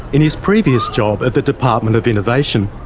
in his previous job at the department of innovation,